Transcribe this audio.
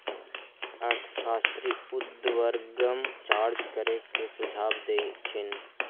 अर्थशास्त्री उर्ध्वगम चार्ज करे के सुझाव देइ छिन्ह